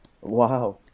Wow